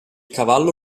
cavallo